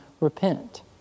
repent